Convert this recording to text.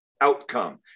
outcome